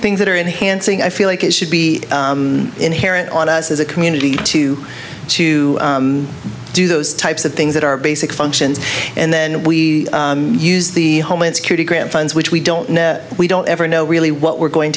things that are in hansing i feel like it should be inherent on us as a community too to do those types of things that are basic functions and then we use the homeland security grant funds which we don't know we don't ever know really what we're going